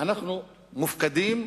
אנחנו מופקדים,